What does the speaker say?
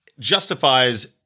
Justifies